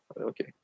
okay